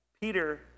Peter